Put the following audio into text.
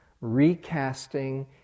Recasting